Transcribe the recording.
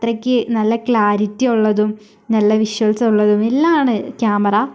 അത്രക്ക് നല്ല ക്ലാരിറ്റി ഉള്ളതും നല്ല വിഷ്വൽസ് ഉള്ളതും എല്ലാം ആണ് ക്യാമറ